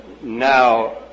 now